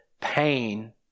pain